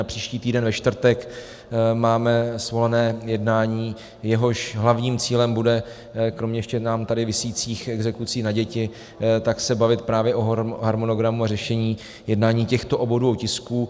Na příští týden ve čtvrtek máme svolané jednání, jehož hlavním cílem bude kromě ještě nám tady visících exekucí na děti se bavit právě o harmonogramu a řešení jednání těchto obou dvou tisků.